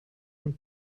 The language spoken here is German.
von